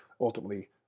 ultimately